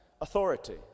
authority